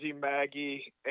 Maggie